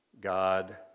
God